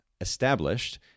established